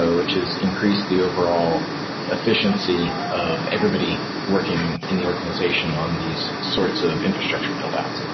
so which has increased the overall efficiency of everybody working in the organization on these sorts of infrastructure build apps.